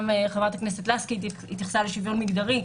גם חברת הכנסת לסקי התייחסה לשוויון מגדרי,